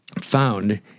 found